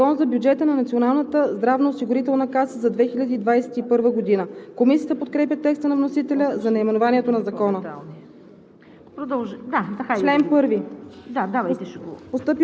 г. и приет на първо гласуване на 6 ноември 2020 г. „Закон за бюджета на Националната здравноосигурителна каса за 2021 г“. Комисията подкрепя текста на вносителя за наименованието на Закона.